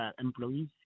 employees